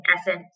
essence